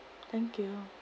thank you